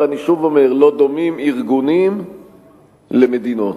לא דומים ארגונים למדינות.